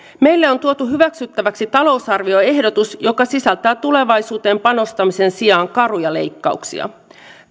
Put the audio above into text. meille on tuotu hyväksyttäväksi talousarvioehdotus joka sisältää tulevaisuuteen panostamisen sijaan karuja leikkauksia